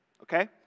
okay